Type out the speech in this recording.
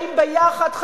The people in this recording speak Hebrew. חיים ביחד,